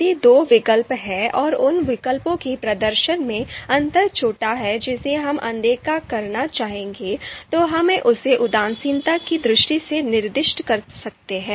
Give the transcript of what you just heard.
यदि दो विकल्प हैं और उन विकल्पों के प्रदर्शन में अंतर छोटा है जिसे हम अनदेखा करना चाहेंगे तो हम इसे उदासीनता की दृष्टि से निर्दिष्ट कर सकते हैं